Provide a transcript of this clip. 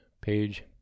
page